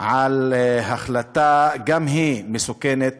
על החלטה מסוכנת